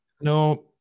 No